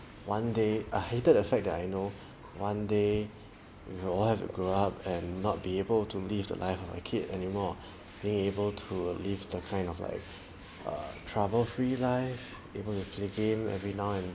one day I hated the fact that I know one day we all have to grow up and not be able to live the life of a kid anymore being able to live the kind of like err trouble free life able to play game every now and then